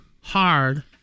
hard